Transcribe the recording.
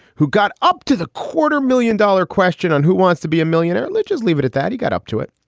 who got up to the quarter million dollar question on who wants to be a millionaire? let's just leave it at that. you got up to it.